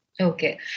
Okay